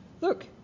Look